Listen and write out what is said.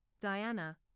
Diana